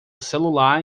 celular